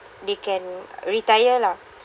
they can retire lah